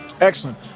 Excellent